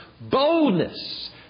boldness